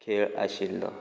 खेळ आशिल्लो